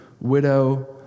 widow